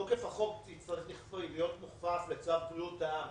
תוקף החוק יצטרך להיות מוכפף לצו בריאות העם.